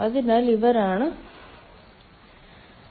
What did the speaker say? അതിനാൽ ഇവരാണ് അധഃപതിച്ചവർ